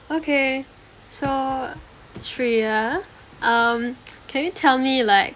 okay so shriya um can you tell me like